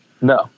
No